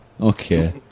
okay